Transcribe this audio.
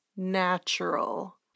Natural